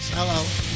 Hello